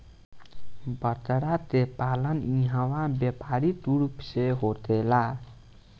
बकरा के पालन इहवा व्यापारिक रूप से होखेला